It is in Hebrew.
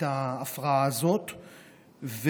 ההפרעה הזאת,